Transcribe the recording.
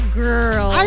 girl